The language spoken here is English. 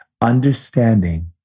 understanding